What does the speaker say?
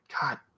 God